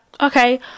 okay